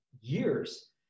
years